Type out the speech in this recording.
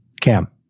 Cam